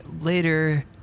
later